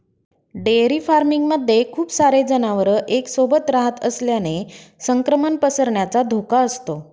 dairy farming मध्ये खूप सारे जनावर एक सोबत रहात असल्याने संक्रमण पसरण्याचा धोका असतो